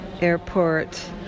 airport